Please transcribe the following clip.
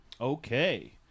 Okay